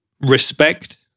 respect